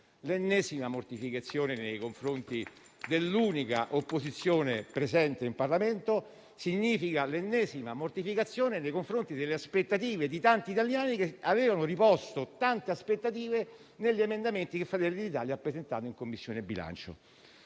l'ennesima mortificazione nei confronti dell'unica opposizione presente in Parlamento, l'ennesima mortificazione nei confronti delle aspettative che tanti italiani avevano riposto negli emendamenti che Fratelli d'Italia ha presentato in Commissione bilancio.